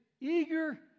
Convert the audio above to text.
eager